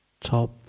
top